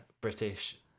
British